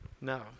No